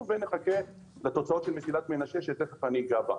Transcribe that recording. ונחכה לתוצאות של מסילת מנשה שתכף אגע בה.